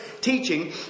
teaching